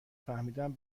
فهمیدم